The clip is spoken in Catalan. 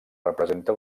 representa